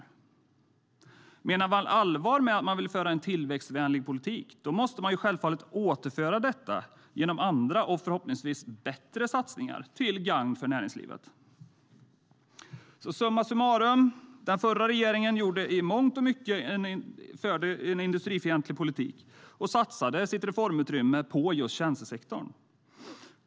Om man menar allvar med att man vill föra en tillväxtvänlig politik måste man självfallet återföra detta genom andra - och förhoppningsvis bättre - satsningar till gagn för näringslivet. Summa summarum: Den förra regeringen förde i mångt och mycket en industrifientlig politik och satsade sitt reformutrymme på just tjänstesektorn.